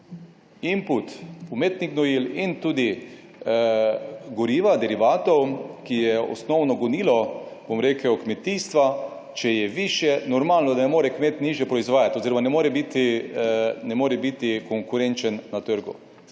input umetnih gnojil in tudi goriva, derivatov, ki je osnovno gonilo, bom rekel, kmetijstva, če je višje, normalno, da ne more kmet nižje proizvajati oziroma ne more biti, ne more biti konkurenčen na trgu.